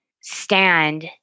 stand